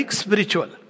spiritual